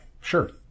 sure